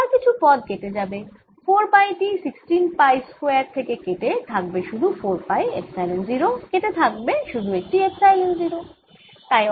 এবার কিছু পদ কেটে যাবে 4 পাই টি 16 পাই স্কয়ার থেকে কেটে থাকবে শুধু 4 পাই এপসাইলন 0 কেটে থাকবে শুধু একটি এপসাইলন 0